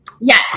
Yes